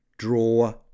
draw